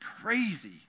crazy